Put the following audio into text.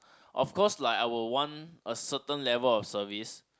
of course like I would one a certain level of service